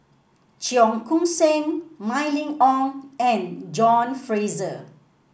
Cheong Koon Seng Mylene Ong and John Fraser